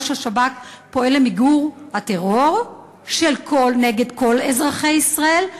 ראש השב"כ פועל למיגור הטרור נגד כל אזרחי ישראל,